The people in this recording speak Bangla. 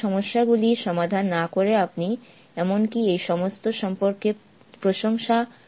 এই সমস্যাগুলি সমাধান না করে আপনি এমনকি এই সমস্ত সম্পর্কে প্রশংসা করতে সক্ষম হবেন না এবং আমি আপনাকে শুভেচ্ছা জানাই